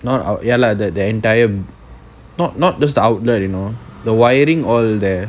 not ya lah that the entire not not just the outlet you know the wiring all there